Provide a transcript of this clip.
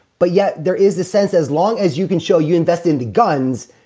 but yet there is a sense, as long as you can show you invest into guns,